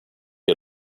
had